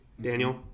Daniel